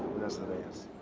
vanessa reyes.